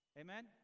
Amen